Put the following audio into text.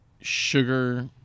sugar